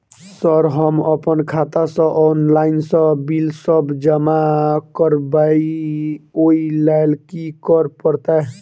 Sir हम अप्पन खाता सऽ ऑनलाइन सऽ बिल सब जमा करबैई ओई लैल की करऽ परतै?